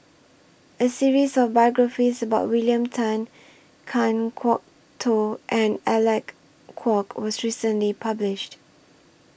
A series of biographies about William Tan Kan Kwok Toh and Alec Kuok was recently published